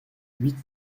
huit